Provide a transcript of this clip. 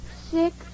six